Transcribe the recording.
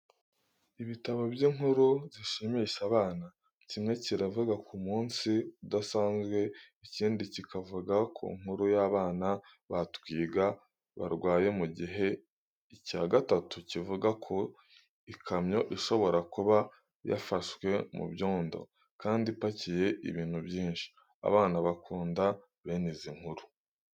Ibitabo by'inkuru zishimisha abana, kimwe kiravuga ku munsi udasanzwe, ikindi kikavuga ku nkuru y'abana ba Twiga barwaye mu gihe icya gatatu kivuga ku ikamyo ishobora kuba yafashwe mu byondo kandi ipakiye ibintu byinshi. Abana bakunda bene izi nkuru.